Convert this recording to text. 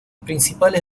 principales